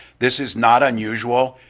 this is not unusual,